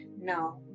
now